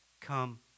come